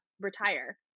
retire